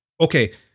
Okay